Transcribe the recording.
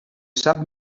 sap